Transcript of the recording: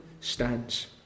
stands